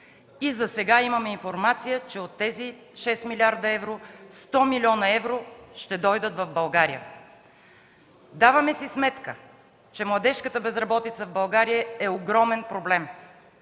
Засега имаме информация, че от тези 6 млрд. евро, 100 млн. евро ще дойдат в България. Даваме си сметка, че младежката безработица в България е огромен проблем